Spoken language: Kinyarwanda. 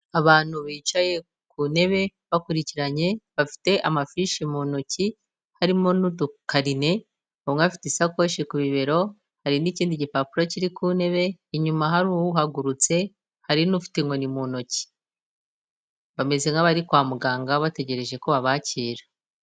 Abantu bicaye ku ntebe bakurikiranye bafite amafishi mu ntoki, harimo n'udukarine, umwe afite isakoshi ku bibero, hari n'ikindi gipapuro kiri ku ntebe, inyuma hari uhagurutse, hari n'ufite inkoni mu ntoki, bameze nk'abari kwa muganga bategereje ko babakira.